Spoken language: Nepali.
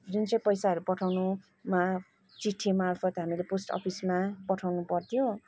जुन चाहिँ पैसाहरू पठाउनुमा चिठीमार्फत हामीले पोस्ट अफिसमा पठाउनु पर्थ्यो